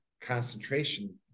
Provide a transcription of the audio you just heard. concentration